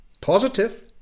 Positive